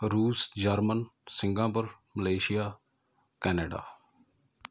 ਰੂਸ German Singapore Malaysia Canada